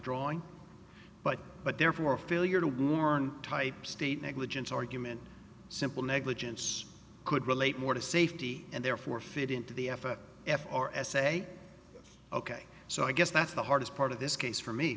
drawing but but therefore failure to warn type state negligence argument simple negligence could relate more to safety and therefore fit into b f f f r s a ok so i guess that's the hardest part of this case for me